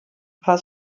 war